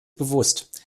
bewusst